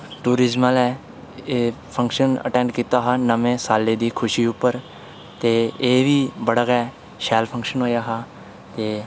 tourism आह्लें एह् function attend कीता हा नमें सालै दी खुशी उप्पर ते एह् बी बड़ा गै शैल फंक्शन होएया हा